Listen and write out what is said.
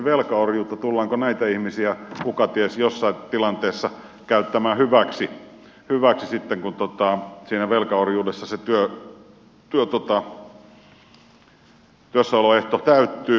tullaanko näitä ihmisiä kuka ties jossain tilanteessa käyttämään hyväksi sitten kun siinä velkaorjuudessa se työssäoloehto täyttyy